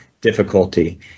difficulty